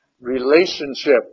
relationship